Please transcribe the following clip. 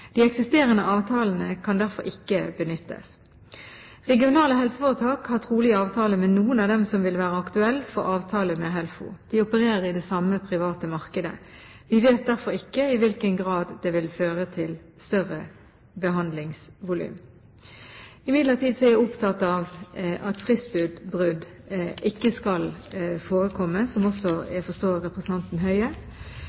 De eksisterende avtalene kan derfor ikke benyttes. Regionale helseforetak har trolig avtale med noen av dem som vil være aktuelle for avtale med HELFO. De opererer i det samme private markedet. Vi vet derfor ikke i hvilken grad det vil føre til større behandlingsvolum. Imidlertid er jeg opptatt av at fristbrudd ikke skal forekomme, som jeg forstår at også